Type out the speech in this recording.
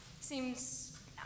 seems